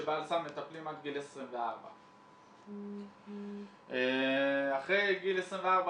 שב"אל סם" מטפלים עד גיל 24. אחרי גיל 24,